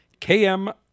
KM